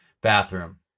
bathroom